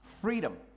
freedom